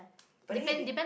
but then yet they